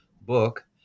book